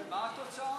אבל מה התוצאה?